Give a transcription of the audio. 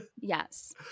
Yes